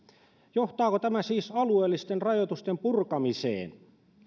johtaako tämä siis alueellisten rajoitusten purkamiseen